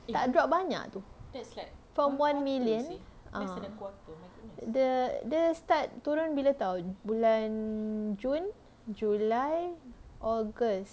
tak drop banyak tu from one million err dia dia start turun bila [tau] bulan june july august